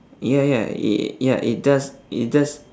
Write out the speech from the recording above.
ya ya ya it does it does